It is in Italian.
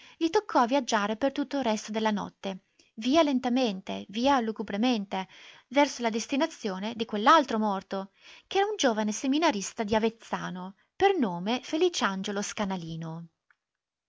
gli toccò a viaggiare per tutto il resto della notte via lentamente via lugubremente verso la destinazione di quell'altro morto ch'era un giovine seminarista di avezzano per nome feliciangiolo scanalino